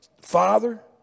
father